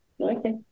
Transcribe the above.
Okay